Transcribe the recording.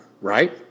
right